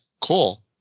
Cool